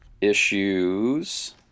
issues